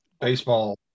baseball